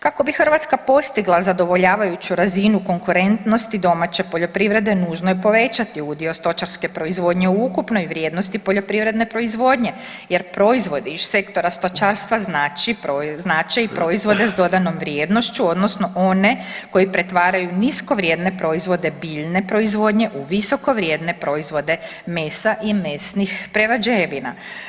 Kako bi Hrvatska postigla zadovoljavajuću razinu konkurentnosti domaće poljoprivrede nužno je povećati udio stočarske proizvodnje u ukupnoj vrijednosti poljoprivredne proizvodnje, jer proizvodi iz sektora stočarstva znače i proizvode sa dodanom vrijednošću, odnosno one koji pretvaraju nisko vrijedne proizvode, biljne proizvodnje u visoko vrijedne proizvode mesa i mesnih prerađevina.